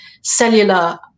cellular